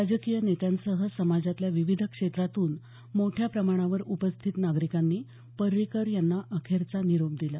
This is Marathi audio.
राजकीय नेत्यांसह समाजातल्या विविध क्षेत्रातून मोठ्या प्रमाणावर उपस्थित नागरिकांनी पर्रिकर यांना अखेरचा निरोप दिला